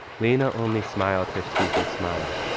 laina only smiled. her sleepy smile.